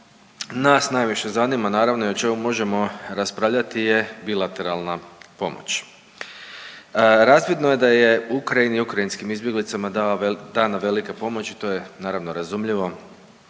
nas najviše zanima naravno i o čemu možemo raspravljati i bilateralna pomoć. Razvidno je da je Ukrajini i ukrajinskim izbjeglicama dana velika pomoć i to je naravno razumljivo